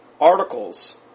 articles